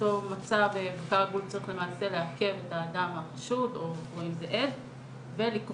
באותו מצב בקר הגבול אמור לעכב את האדם החשוד או אם זה עד ולקרוא